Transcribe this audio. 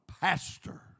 pastor